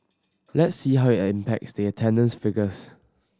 let's see how it impacts the attendance figures